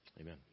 Amen